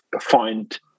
find